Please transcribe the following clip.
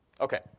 Okay